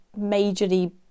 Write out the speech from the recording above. majorly